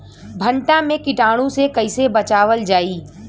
भनटा मे कीटाणु से कईसे बचावल जाई?